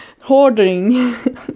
hoarding